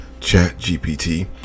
ChatGPT